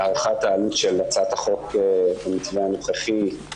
ההערכה התקציבית של הצעת החוק כפי שהוערכה